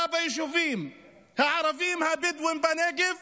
ביישובים הערביים הבדואיים בנגב